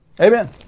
Amen